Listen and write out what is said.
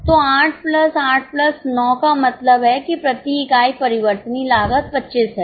तो 8 plus 8 plus 9 का मतलब है कि प्रति इकाई परिवर्तनीय लागत 25 है